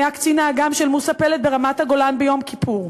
היה קצין האג"ם של מוסה פלד ברמת-הגולן ביום כיפור,